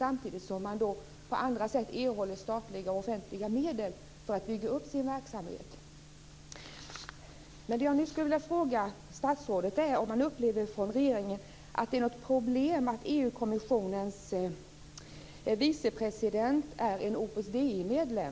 Opus Dei erhåller också statliga och offentliga medel för att bygga upp sin verksamhet.